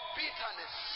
bitterness